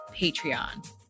Patreon